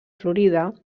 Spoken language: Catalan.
florida